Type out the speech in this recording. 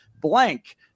blank